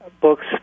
books